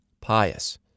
pious